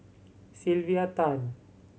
Sylvia Tan